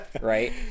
right